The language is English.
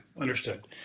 understood